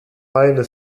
eine